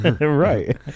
Right